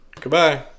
Goodbye